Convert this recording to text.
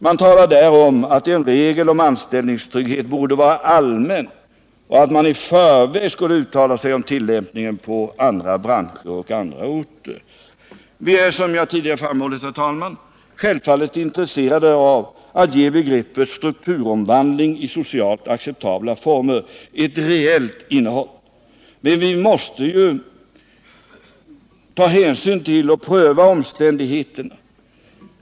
Det talas där om att en regel om anställningstrygghet borde vara allmän och att man i förväg skulle uttala sig om tillämpningen på andra branscher och andra orter. Vi är, som jag tidigare framhållit, självfallet intresserade av att ge begreppet strukturomvandling i socialt acceptabla former ett reellt innehåll. Men vi måste ju ta hänsyn till och pröva omständigheterna.